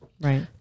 Right